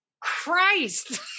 Christ